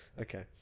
Okay